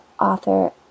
author